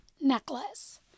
necklace